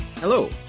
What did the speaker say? Hello